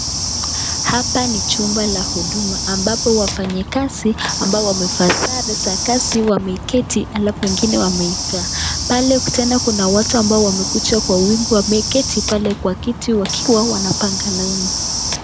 Hapa ni chumba la huduma ambapo wafanyakazi ambao wamevaa sare za kazi wameketi alafu wengine wameikaa. Pale tena kuna watu wamekuja kwa wingi wameketi pale kwa kiti wakiwa wanapanga laini.